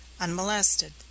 unmolested